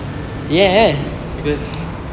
because